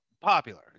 popular